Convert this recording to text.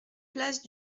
place